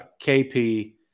KP